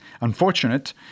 unfortunate